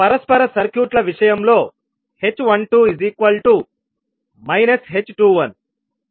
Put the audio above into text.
పరస్పర సర్క్యూట్ల విషయంలో h12 h21